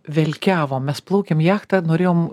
velkiavom mes plaukėm jachta norėjom